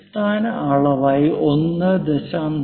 അടിസ്ഥാന അളവായി 1